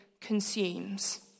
consumes